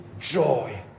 joy